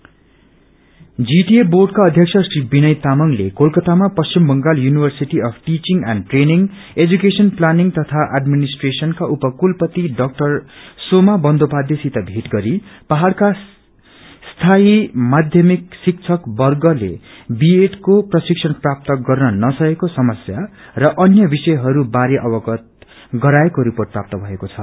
BEd training GTA board अध्यक्ष श्री विनय तामाङले कोलकतामा Paschim Bangal university of teaching and training education planning तथा एडमिनिस्ट्रेशनका उपकुलपति डा सोमा बन्दोपाध्यायसित भेट गर्रो पहाड़का स्थायी माध्यमिक शिक्षकवर्गले बी एडको प्रशिक्षण प्राप्त गर्न नसकेको समस्या र अन्य विषयहरूमाथि अवगत गराएको रिपोर्ट प्राप्त भएको छ